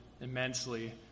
immensely